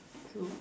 true